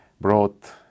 brought